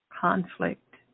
conflict